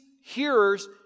hearers